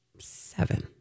seven